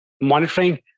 monitoring